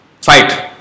fight